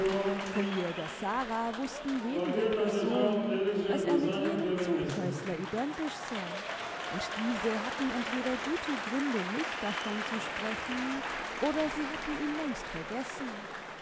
vom jäger sara wußten wenige personen daß er mit jenem zuchthäusler identisch sei und diese hatten entweder gute gründe nicht davon zu sprechen oder sie hatten ihn längst vergessen